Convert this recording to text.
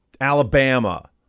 Alabama